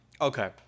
okay